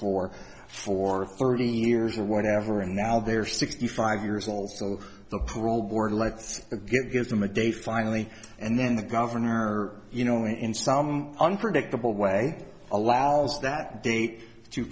for for thirty years or whatever and now they're sixty five years old so the parole board let's get gives them a day finally and then the governor you know in some unpredictable way allows that date to